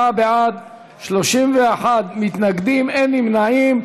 54 בעד, 31 מתנגדים, אין נמנעים.